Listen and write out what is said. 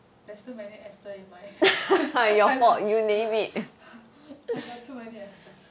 there's too many esther in my head I got too many esther